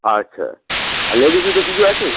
আচ্ছা আর লেডিসও তো কিছু আছে